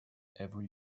every